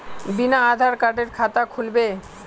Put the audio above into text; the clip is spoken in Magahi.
बिना आधार कार्डेर खाता खुल बे?